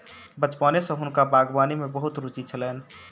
बचपने सॅ हुनका बागवानी में बहुत रूचि छलैन